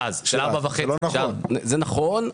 זה נכון.